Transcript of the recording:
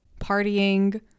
partying